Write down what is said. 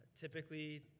typically